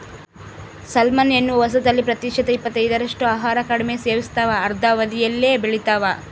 salmon ಎನ್ನುವ ಹೊಸತಳಿ ಪ್ರತಿಶತ ಇಪ್ಪತ್ತೈದರಷ್ಟು ಆಹಾರ ಕಡಿಮೆ ಸೇವಿಸ್ತಾವ ಅರ್ಧ ಅವಧಿಯಲ್ಲೇ ಬೆಳಿತಾವ